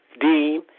deem